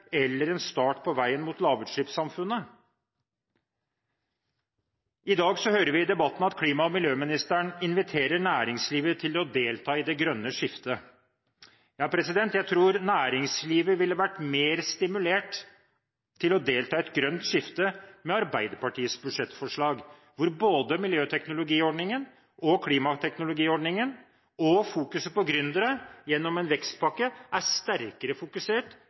eller en start på veien mot lavutslippssamfunnet. I dag hører vi i debatten at klima- og miljøministeren inviterer næringslivet til å delta i det grønne skiftet. Jeg tror næringslivet ville vært mer stimulert til å delta i et grønt skifte med Arbeiderpartiets budsjettforslag, hvor både miljøteknologiordningen, klimateknologiordningen og fokus på gründere gjennom en vekstpakke er sterkere fokusert